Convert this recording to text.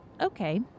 okay